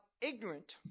ignorant